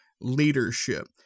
leadership